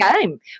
game